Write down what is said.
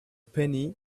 penny